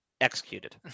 executed